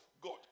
God